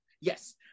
Yes